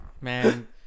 Man